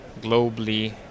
globally